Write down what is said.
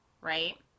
right